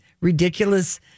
ridiculous